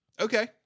Okay